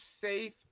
safe